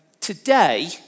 today